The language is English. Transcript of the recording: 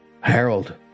Harold